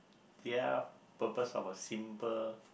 their purpose of a simple